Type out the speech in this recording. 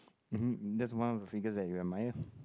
um hm um hm that's one of the figures that you admire